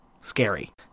Scary